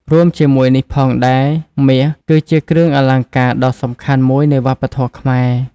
រួមជាមួយនេះផងដែរ មាស គឺជាគ្រឿងអលង្ការដ៏សំខាន់មួយនៃវប្បធម៌ខ្មែរ។